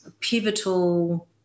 pivotal